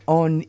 on